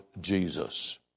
Jesus